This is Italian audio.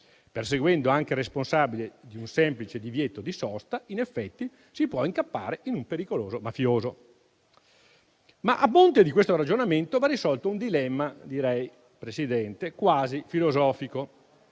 perseguendo anche il responsabile di un semplice divieto di sosta, in effetti, si può incappare in un pericoloso mafioso. A monte di questo ragionamento, però, va risolto un dilemma che definirei quasi filosofico.